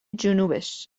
جنوبش